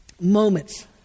moments